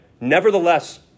Nevertheless